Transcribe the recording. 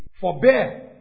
Forbear